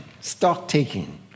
stock-taking